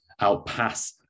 outpass